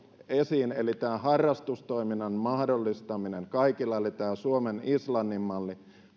esiin on tietysti harrastustoiminnan mahdollistaminen kaikille eli tämä suomen islannin malli